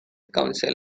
counsel